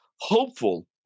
hopeful